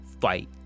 fight